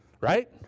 right